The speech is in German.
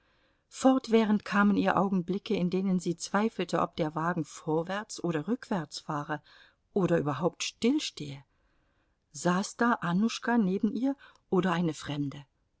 fortwährend kamen ihr augenblicke in denen sie zweifelte ob der wagen vorwärts oder rückwärts fahre oder überhaupt still stehe saß da annuschka neben ihr oder eine fremde